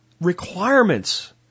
requirements